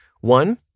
one